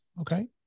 okay